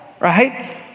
right